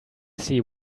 see